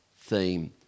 theme